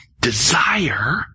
desire